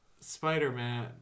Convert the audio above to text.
spider-man